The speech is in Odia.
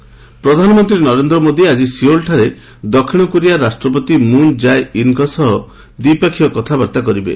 ପିଏମ୍ କୋରିଆ ପ୍ରଧାନମନ୍ତ୍ରୀ ନରେନ୍ଦ୍ର ମୋଦି ଆକି ସିଓଲ ଠାରେ ଦକ୍ଷିଣ କୋରିଆ ରାଷ୍ଟ୍ରପତି ମୁନ୍ ଜାଏ ଇନ୍ଙ୍କ ସହ ଦ୍ୱିପକ୍ଷୀୟ କଥାବାର୍ତ୍ତା କରିବେ